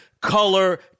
color